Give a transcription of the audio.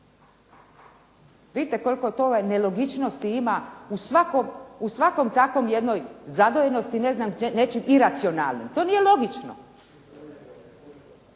Vidite koliko to nelogičnosti ima u svakoj takvoj jednoj zadojenosti nečim iracionalnim. To nije logično.